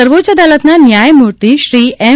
સર્વોચ્ય અદાલતના ન્યાયમુર્તિ શ્રી એમ